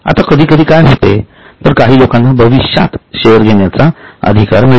आता कधीकधी काय होते तर काही लोकांना भविष्यात शेअर घेण्याचा अधिकार मिळतो